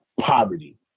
poverty